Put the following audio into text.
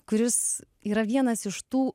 kuris yra vienas iš tų